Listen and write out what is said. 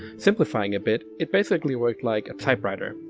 simplifying a bit, it basically worked like a typewriter,